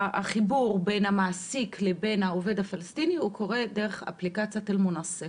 והחיבור בין המעסיק לבין העובד הפלסטיני קורה דרך אפליקציית אלמונסק,